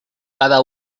cada